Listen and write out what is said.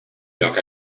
lloc